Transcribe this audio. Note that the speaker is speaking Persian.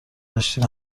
داشتیم